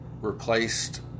replaced